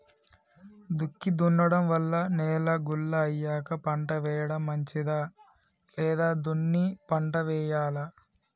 దుక్కి దున్నడం వల్ల నేల గుల్ల అయ్యాక పంట వేయడం మంచిదా లేదా దున్ని పంట వెయ్యాలా?